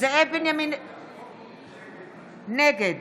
נגד